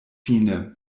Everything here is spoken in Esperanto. fine